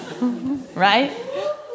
Right